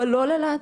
אבל לא ללהט"בים.